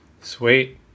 sweet